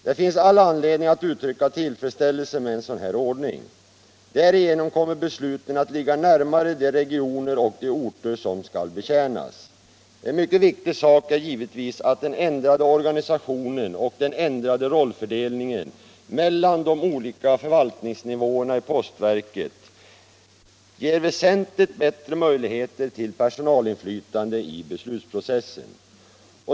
Det finns all anledning att uttrycka tillfredsställelse med en sådan ordning. Därigenom kommer besluten att ligga närmare de regioner och de orter som skall betjänas. En mycket viktig sak är givetvis att den ändrade organisationen och den ändrade rollfördelningen mellan de olika förvaltningsnivåerna I posiverket ger väsentligt bättre möjligheter till personalinflytande i beslutsprocessen.